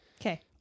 Okay